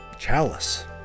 chalice